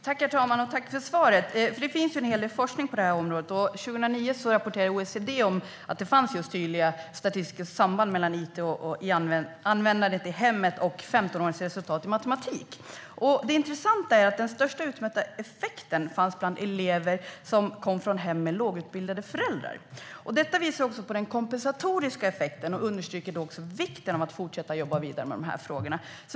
Herr talman! Tack för svaret! Det finns en hel del forskning på detta område. År 2009 rapporterade OECD att det finns tydliga statistiska samband mellan it-användandet i hemmet och 15-åringars resultat i matematik. Det intressanta är att den största uppmätta effekten fanns bland elever från hem med lågutbildade föräldrar. Detta visar den kompensatoriska effekten och understryker vikten av att fortsätta att jobba vidare med dessa frågor.